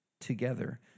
together